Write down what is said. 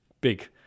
big